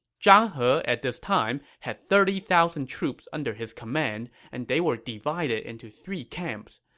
zhang he at this time had thirty thousand troops under his command, and they were divided into three camps.